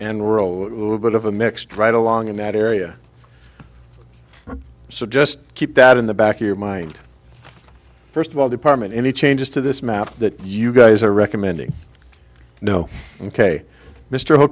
rural a little bit of a mixed right along in that area so just keep that in the back of your mind first of all department any changes to this map that you guys are recommending no ok mr